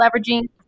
leveraging